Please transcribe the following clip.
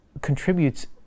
contributes